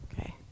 okay